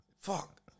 fuck